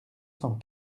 cent